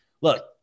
Look